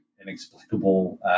inexplicable